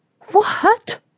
What